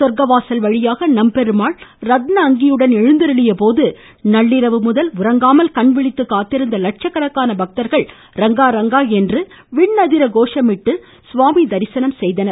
சொர்க்கவாசல் வழியாக நம்பெருமாள் ரத்தின அங்கியுடன் எழுந்தருளியபோது நள்ளிரவு முதலே உறங்காமல் கண்விழித்து காத்திருந்த லட்சக்கணக்கான பக்தர்கள் ரெங்கா ரெங்கா என்று விண்ணதிர கோஷமிட்டு சுவாமி தரிசனம் செய்தனர்